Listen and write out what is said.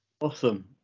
awesome